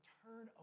turn